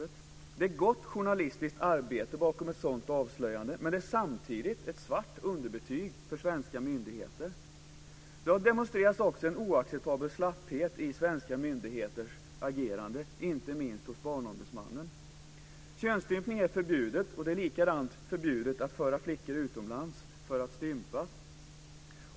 Det ligger ett gott journalistiskt arbete bakom ett sådant avslöjande, men det är samtidigt ett svart underbetyg för svenska myndigheter. Det har också demonstrerats en oacceptabel slapphet i svenska myndigheters agerande, inte minst hos Barnombudsmannen. Könsstympning är förbjudet, och det är även förbjudet att föra flickor utomlands för att stympas.